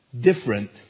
different